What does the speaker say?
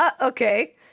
Okay